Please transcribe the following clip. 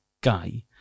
guy